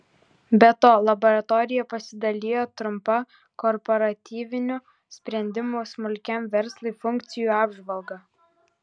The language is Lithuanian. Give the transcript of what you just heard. be to laboratorija pasidalijo trumpa korporatyvinių sprendimų smulkiam verslui funkcijų apžvalga